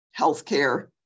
healthcare